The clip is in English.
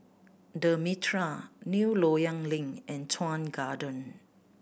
The Mitraa New Loyang Link and Chuan Garden